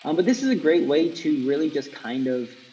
um but this is a great way to really just kind of